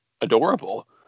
adorable